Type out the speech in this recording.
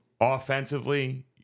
Offensively